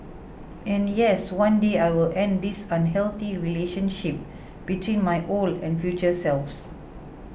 and yes one day I will end this unhealthy relationship between my old and future selves